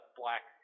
black